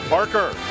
Parker